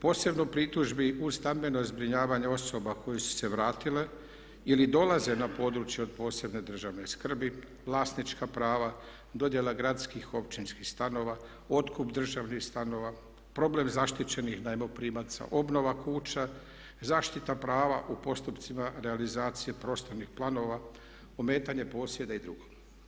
Posebno pritužbi u stambeno zbrinjavanje osoba koje su se vratile ili dolaze na područje od posebne državne skrbi, vlasnička prava dodjela gradskih, općinskih stanova, otkup državnih stanova, problem zaštićenih najmoprimaca, obnova kuća, zaštita prava u postupcima realizacije prostornih planova, ometanje posjeda i drugo.